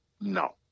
No